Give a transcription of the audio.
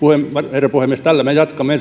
herra puhemies tällä me jatkamme